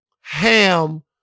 ham